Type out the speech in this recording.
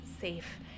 safe